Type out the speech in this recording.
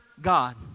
God